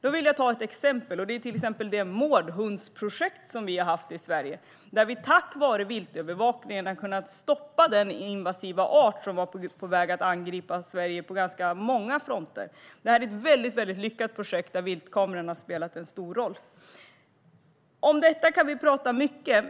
Jag vill ta ett exempel, nämligen det mårdhundsprojekt som vi har haft i Sverige. Där har vi tack vare viltövervakningen kunnat stoppa denna invasiva art, som var på väg att angripa Sverige på många fronter. Det är ett lyckat projekt där viltkamerorna har spelat en stor roll. Om detta kan vi prata mycket.